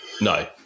No